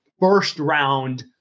first-round